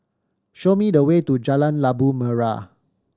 show me the way to Jalan Labu Merah